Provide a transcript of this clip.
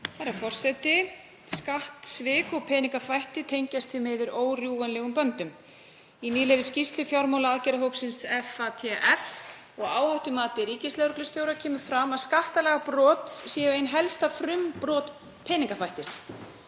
Herra forseti. Skattsvik og peningaþvætti tengjast því miður órjúfanlegum böndum. Í nýlegri skýrslu fjármálaaðgerðahópsins FATF og áhættumati ríkislögreglustjóra kemur fram að skattalagabrot séu ein helstu frumbrot peningaþvættis.